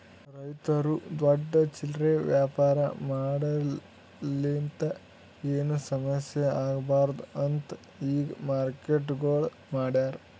ರೈತುರು ದೊಡ್ಡ ಚಿಲ್ಲರೆ ವ್ಯಾಪಾರ ಮಾಡೋರಲಿಂತ್ ಏನು ಸಮಸ್ಯ ಆಗ್ಬಾರ್ದು ಅಂತ್ ಈ ಮಾರ್ಕೆಟ್ಗೊಳ್ ಮಾಡ್ಯಾರ್